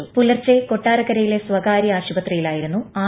പ്പുലർച്ചെ കൊട്ടാരക്കരയിലെ സ്വകാര്യ ആശുപത്രിയിലായിരുന്നു ആർ